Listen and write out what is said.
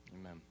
Amen